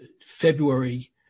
February